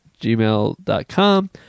gmail.com